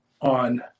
on